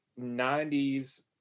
90s